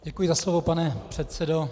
Děkuji za slovo, pane předsedo.